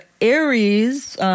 Aries